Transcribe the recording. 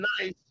nice